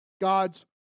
god's